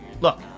Look